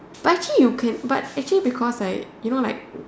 but actually you can but actually because right you know like